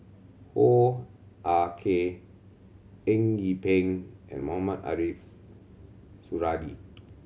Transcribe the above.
Hoo Ah Kay Eng Yee Peng and Mohamed Ariffs Suradi